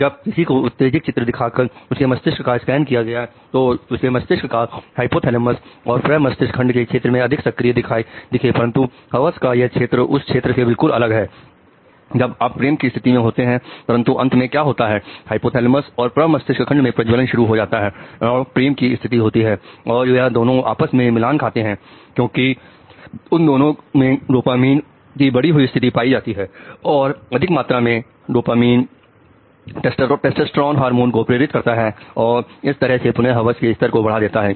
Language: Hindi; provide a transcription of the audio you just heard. जब किसी को उत्तेजक चित्र दिखाकर उसके मस्तिष्क का स्कैन किया गया तो उनके मस्तिष्क का हाइपोथैलेमस और प्रमस्तिष्क खंड के क्षेत्र अधिक सक्रिय दिखे परंतु हवस का यह क्षेत्र उस क्षेत्र से बिल्कुल अलग है जब आप प्रेम की स्थिति में होते हैं परंतु अंत में क्या होता है कि हाइपोथैलेमस और प्रमस्तिष्क खंड मैं प्रज्वलन शुरू हो जाता है और प्रेम की स्थिति होती है और वह दोनों आपस में मिलान खाते हैं क्योंकि उन दोनों में डोपामिन की बढ़ी हुई स्थिति पाई जाती है और अधिक मात्रा में डोपामिन टेस्टोस्टेरोन हार्मोन को प्रेरित करता है और इस तरह से पुनः हवस के स्तर को बढ़ा देता है